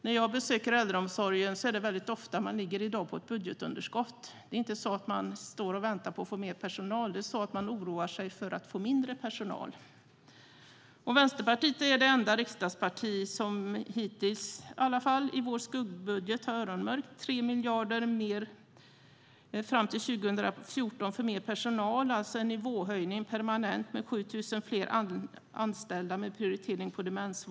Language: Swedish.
När jag besöker representanter för äldreomsorgen berättar de ofta att de har ett budgetunderskott. De står inte och väntar på mer personal, utan de oroar sig för mindre personal. Vänsterpartiet är det enda riksdagsparti som - hittills - i sin skuggbudget har öronmärkt ytterligare 3 miljarder fram till 2014 för mer personal. Det ska vara en permanent nivåhöjning med 7 000 fler anställda med prioritering på demensvården.